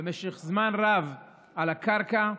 במשך זמן רב על הקרקע.